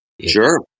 Sure